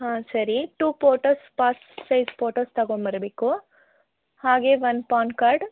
ಹಾಂ ಸರಿ two photos pass size photos ತಗೊಬರ್ಬೇಕು ಹಾಗೇ ಒನ್ ಪಾನ್ ಕಾರ್ಡ್